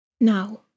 Now